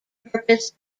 purpose